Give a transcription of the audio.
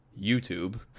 YouTube